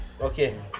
Okay